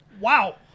wow